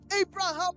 Abraham